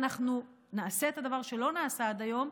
אנחנו נעשה את הדבר שלא נעשה עד היום,